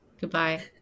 Goodbye